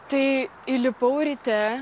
tai įlipau ryte